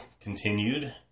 continued